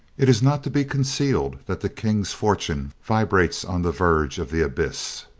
it is not to be concealed that the king's fortune vibrates on the verge of the abyss.